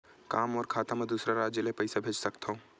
का मोर खाता म दूसरा राज्य ले पईसा भेज सकथव?